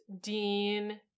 dean